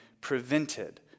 prevented